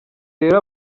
rero